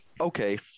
Okay